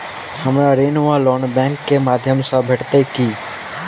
हमरा ऋण वा लोन बैंक केँ माध्यम सँ भेटत की?